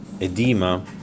edema